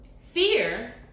Fear